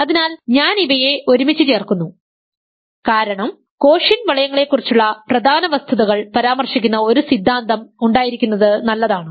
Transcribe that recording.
അതിനാൽ ഞാൻ ഇവയെ ഒരുമിച്ച് ചേർക്കുന്നു കാരണം കോഷ്യന്റ് വളയങ്ങളെക്കുറിച്ചുള്ള പ്രധാന വസ്തുതകൾ പരാമർശിക്കുന്ന ഒരു സിദ്ധാന്തം ഉണ്ടായിരിക്കുന്നത് നല്ലതാണ്